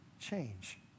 change